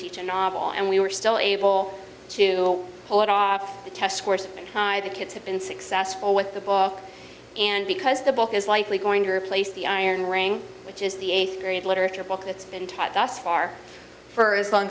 teach a novel and we were still able to pull it off the test scores of the kids have been successful with the book and because the book is likely going to replace the iron ring which is the eighth grade literature book that's been taught us far for as long